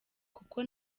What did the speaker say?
kuko